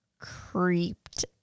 Creeped